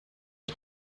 das